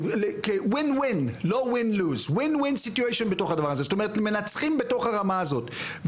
כניצחון בתוך הרמה הזאת,